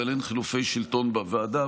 אבל אין חילופי שלטון בוועדה.